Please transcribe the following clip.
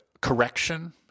correction